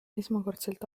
esmakordselt